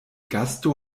gasto